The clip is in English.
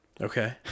Okay